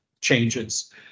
changes